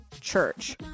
church